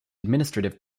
administrative